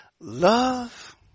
love